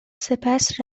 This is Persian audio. سپس